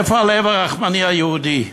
איפה הלב הרחמני היהודי?